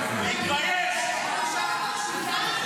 מתבייש,